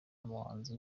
abahanzi